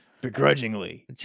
Begrudgingly